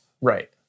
Right